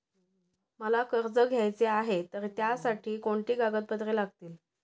मला कर्ज घ्यायचे आहे तर त्यासाठी कोणती कागदपत्रे लागतील?